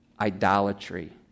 idolatry